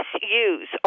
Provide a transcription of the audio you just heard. misuse